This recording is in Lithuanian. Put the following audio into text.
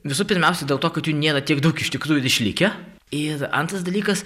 visų pirmiausia dėl to kad jų nėra tiek daug iš tikrųjų ir išlikę ir antras dalykas